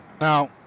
Now